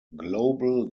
global